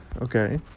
okay